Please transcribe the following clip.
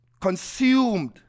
consumed